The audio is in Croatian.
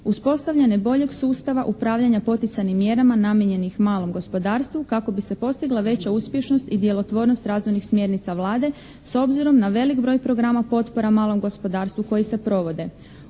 uspostavljanja boljeg sustava upravljanja poticajnim mjerama namijenjenih malo gospodarstvu kako bi se postigla veća uspješnost i djelotvornost razvojnih smjernica Vlade, s obzirom na veliki broj programa potpora malog gospodarstvu koji se provode.